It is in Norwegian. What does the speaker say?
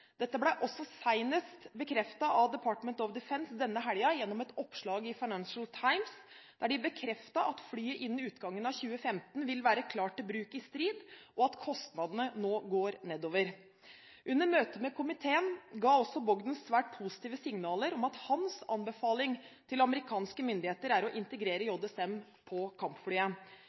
Dette ble også seinest bekreftet av Department of Defence denne helgen gjennom et oppslag i Financial Times, der de bekreftet at flyet innen utgangen av 2015 vil være klart til bruk i strid, og at kostnadene nå går nedover. Under møtet med komiteen ga også generalløytnant Bogdan svært positive signaler om at hans anbefaling til amerikanske myndigheter er å integrere JSM på kampflyet.